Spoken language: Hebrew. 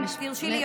אם תרשי לי,